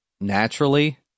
naturally